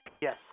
Yes